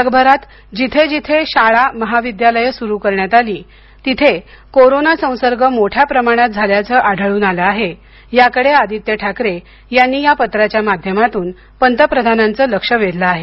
जगभरात जिथे जिथे शाळा महाविद्यालयं सुरू करण्यात आली तिथे कोरोना संसर्ग मोठ्या प्रमाणात झाल्याचं आढळून आले आहे याकडे आदित्य ठाकरे यांनी या पत्राच्या माध्यमातून पंतप्रधानांचं लक्ष वेधलं आहे